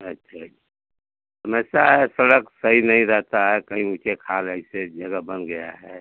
अच्छा जी हमेशा सड़क सही नहीं रहता है कहीं ऊँचे ऐसे जगह बन गया है